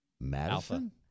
Madison